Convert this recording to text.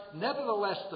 nevertheless